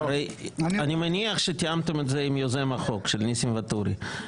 אני מניח שתיאמתם את זה עם יוזם החוק של ניסים ואטורי.